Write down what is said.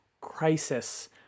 crisis